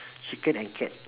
chicken and cat